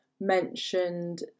mentioned